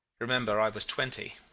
remember i was twenty,